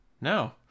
No